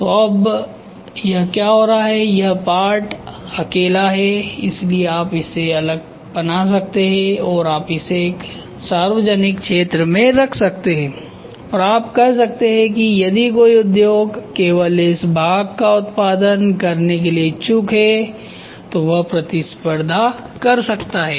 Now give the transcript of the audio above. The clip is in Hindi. तो अब यह क्या हो रहा है यह पार्ट अकेला है इसलिए आप इसे अलग से बना सकते हैं और आप इसे एक सार्वजनिक क्षेत्र में रख सकते हैं और कह सकते हैं कि यदि कोई उद्योग केवल इस भाग का उत्पादन करने के लिए इच्छुक है तो वह प्रतिस्पर्धा कर सकता है